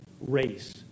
race